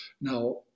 now